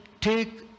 take